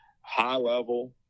high-level